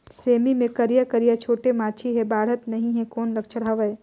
सेमी मे करिया करिया छोटे माछी हे बाढ़त नहीं हे कौन लक्षण हवय?